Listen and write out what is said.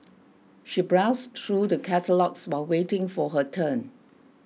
she browsed through the catalogues while waiting for her turn